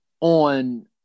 on